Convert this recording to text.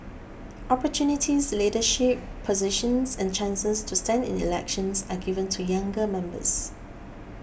opportunities leadership positions and chances to stand in elections are given to younger members